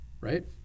right